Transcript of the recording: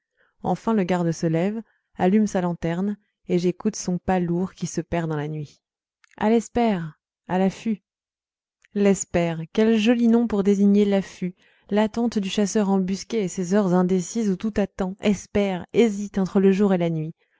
enfin le garde se lève allume sa lanterne et j'écoute son pas lourd qui se perd dans la nuit iii à l'espère à l'affût l espère quel joli nom pour désigner l'affût l'attente du chasseur embusqué et ces heures indécises où tout attend espère hésite entre le jour et la nuit